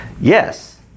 Yes